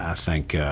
ah think